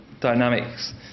dynamics